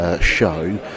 show